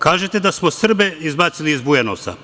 Kažete da smo Srbe izbacili iz Bujanovca?